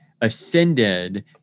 ascended